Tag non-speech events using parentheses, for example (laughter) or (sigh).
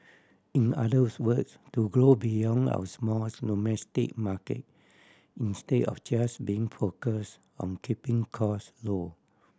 in others words to grow beyond our small (unintelligible) domestic market instead of just being focus on keeping cost low